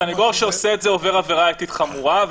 סנגור שעושה את זה עובר עבירה אתית חמורה,